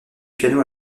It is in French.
piano